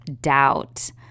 doubt